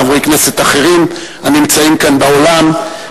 חברי כנסת אחרים הנמצאים כאן באולם,